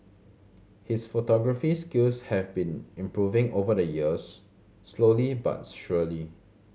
his photography skills have been improving over the years slowly but surely